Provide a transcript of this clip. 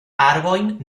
arbojn